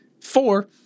Four